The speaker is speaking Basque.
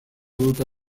dute